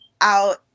out